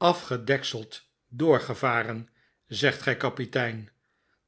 peinzend afgedekseld doorgevaren zegt gij kapitein